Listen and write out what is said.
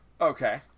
Okay